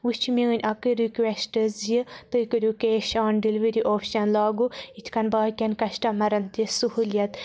وۄنۍ چھِ میٛٲنۍ اَکٕے رِکوٮ۪سٹ زِ تُہۍ کٔرِو کیش آن ڈِلؤری اوپشَن لاگوٗ یِتھ کَن باقِیَن کَسٹٕمَرَن تہِ سہوٗلِیت